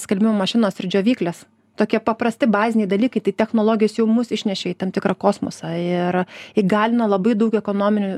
skalbimo mašinos ir džiovyklės tokie paprasti baziniai dalykai tai technologijos jau mus išnešė į tam tikrą kosmosą ir įgalino labai daug ekonominių